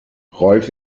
rolf